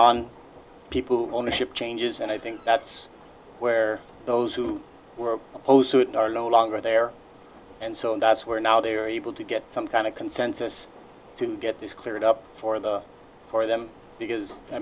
on people ownership changes and i think that's where those who were opposed to it are no longer there and so that's where now they're able to get some kind of consensus to get this cleared up for the for them because i